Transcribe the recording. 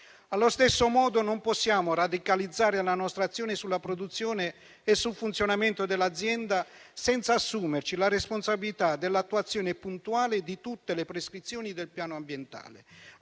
Allo stesso modo non possiamo radicalizzare la nostra azione sulla produzione e sul funzionamento dell'azienda, senza assumerci la responsabilità dell'attuazione puntuale di tutte le prescrizioni del piano ambientale,